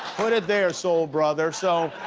put it there, soul brother. so